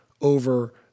over